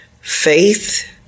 faith